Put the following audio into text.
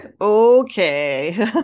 okay